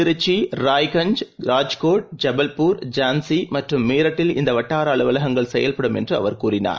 திருச்சிராய்கள்ஞ் ராஜ்கோட் ஜபல்பூர் ஜான்சிமற்றும் மீரட்டில் இந்தவட்டாரஅலுவலகங்கள் செயல்படும் என்றுஅவர் கூறினார்